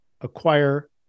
acquire